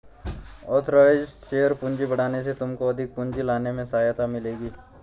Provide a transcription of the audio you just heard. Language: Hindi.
ऑथराइज़्ड शेयर पूंजी बढ़ाने से तुमको अधिक पूंजी लाने में सहायता मिलेगी